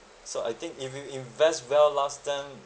so I think if you invest well last time